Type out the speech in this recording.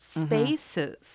spaces